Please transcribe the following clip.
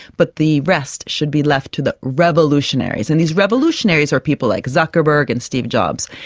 but the rest should be left to the revolutionaries. and these revolutionaries are people like zuckerberg and steve jobs.